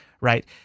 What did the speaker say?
right